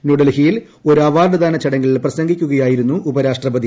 ന്യൂഡൽഹിയിൽ ഒരു അവാർഡ്ദാന ചടങ്ങിൽ പ്രസംഗിക്കുകയായിരുന്നു ഉപരാഷ്ട്രപതി